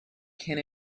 can